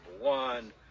one